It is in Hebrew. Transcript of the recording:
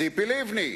ציפי לבני.